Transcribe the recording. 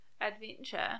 adventure